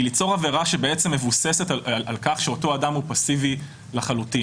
היא ליצור עבירה שבעצם מבוססת על כך שאותו אדם הוא פאסיבי לחלוטין.